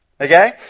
Okay